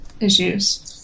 issues